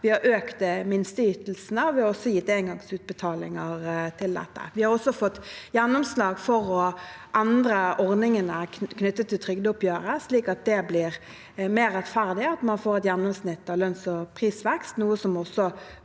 Vi har økt minsteytelsene. Vi har også gitt engangsutbetalinger til dette. Vi har også fått gjennomslag for å endre ordningene knyttet til trygdeoppgjøret, slik at det blir mer rettferdig, at man får et gjennomsnitt av lønns- og prisvekst,